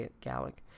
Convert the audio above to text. Gallic